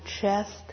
chest